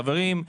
חברים,